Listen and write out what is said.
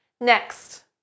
Next